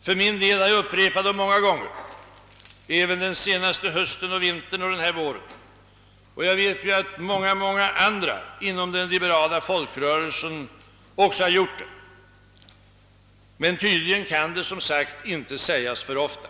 För min del har jag upprepat dem många gånger även den senaste hösten och vintern och denna vår. Många andra inom den liberala folkrörelsen har också gjort det. Men tydligen kan det som sagt inte sägas alltför ofta.